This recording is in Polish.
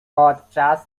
podczas